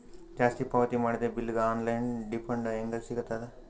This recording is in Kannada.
ಜಾಸ್ತಿ ಪಾವತಿ ಮಾಡಿದ ಬಿಲ್ ಗ ಆನ್ ಲೈನ್ ರಿಫಂಡ ಹೇಂಗ ಸಿಗತದ?